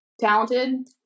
talented